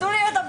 תנו לי לדבר.